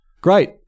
Great